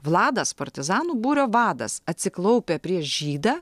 vladas partizanų būrio vadas atsiklaupia prieš žydą